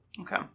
Okay